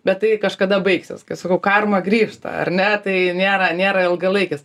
bet tai kažkada baigsis kaip sakau karma grįžta ar ne tai nėra nėra ilgalaikis